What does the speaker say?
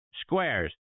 Squares